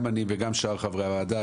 גם אני וגם יתר חברי הוועדה,